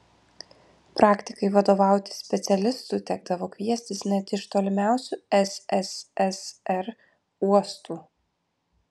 praktikai vadovauti specialistų tekdavo kviestis net iš tolimiausių sssr uostų